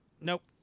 Nope